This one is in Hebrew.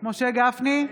משה גפני,